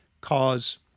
cause